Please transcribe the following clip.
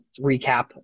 recap